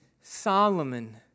Solomon